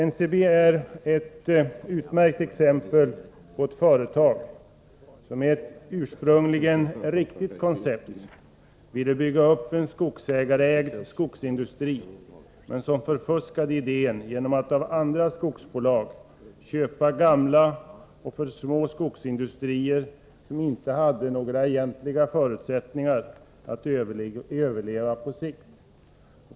NCB är ett utmärkt exempel på ett företag, som med ett ursprungligen riktigt koncept ville bygga upp en skogsägarägd skogsindustri, men som förfuskade idén genom att av andra skogsbolag köpa gamla och för små skogsindustrier, som inte hade några egentliga förutsättningar att överleva på sikt.